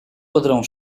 padrão